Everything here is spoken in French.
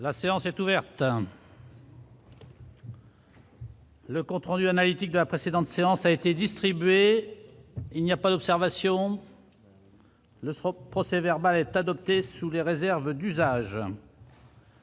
La séance est ouverte.. Le compte rendu analytique de la précédente séance a été distribué. Il n'y a pas d'observation ?... Le procès-verbal est adopté sous les réserves d'usage.